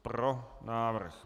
Pro návrh.